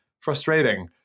frustrating